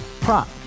prop